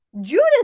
Judas